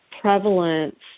prevalence